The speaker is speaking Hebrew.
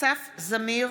אינה נוכחת מיכאל